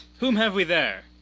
whom have we there?